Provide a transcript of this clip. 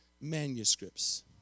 manuscripts